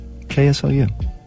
KSLU